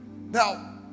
Now